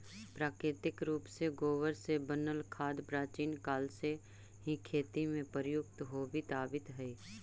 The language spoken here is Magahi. प्राकृतिक रूप से गोबर से बनल खाद प्राचीन काल से ही खेती में प्रयुक्त होवित आवित हई